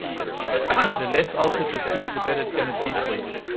the the less altered the food, the better it's going to be for you